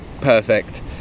perfect